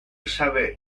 sabe